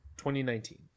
2019